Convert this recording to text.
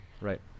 Right